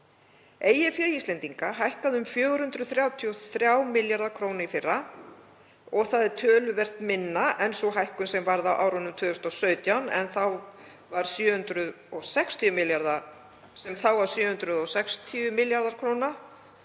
fé Íslendinga hækkaði um 433 milljarða kr. í fyrra. Það er töluvert minna en sú hækkun sem varð á árunum 2017 sem þá var 760 milljarðar kr.